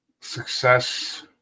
success